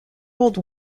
world